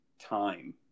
time